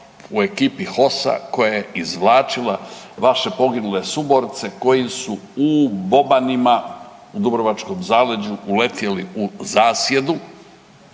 u ekipi HOS-a koja je izvlačila vaše poginule suborce koji su u Bobanima u dubrovačkom zaleđu uletjeli u zasjedu,